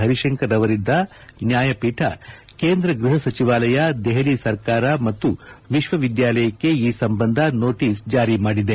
ಪರಿಶಂಕರ್ ಅವರಿದ್ದ ನ್ನಾಯಪೀಠ ಕೇಂದ್ರ ಗೃಹ ಸಚಿವಾಲಯ ದೆಹಲಿ ಸರ್ಕಾರ ಮತ್ತು ವಿಶ್ವವಿದ್ಯಾಲಯಕ್ಕೆ ಈ ಸಂಬಂಧ ನೋಟೀಸ್ ಜಾರಿ ಮಾಡಿದೆ